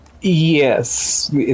Yes